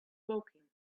woking